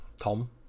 Tom